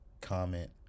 comment